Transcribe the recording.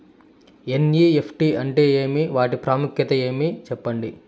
NEFT అంటే ఏమి వాటి ప్రాముఖ్యత ఏమి? సెప్పండి?